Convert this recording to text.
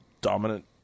dominant